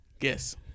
Yes